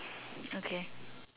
okay